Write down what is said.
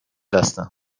هستم